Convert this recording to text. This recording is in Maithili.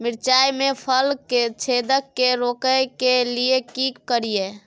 मिर्चाय मे फल छेदक के रोकय के लिये की करियै?